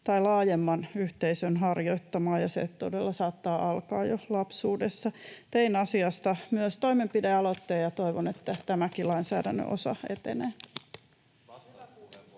tai laajemman yhteisön harjoittamaa, ja se todella saattaa alkaa jo lapsuudessa. Tein asiasta myös toimenpidealoitteen, ja toivon, että tämäkin lainsäädännön osa etenee.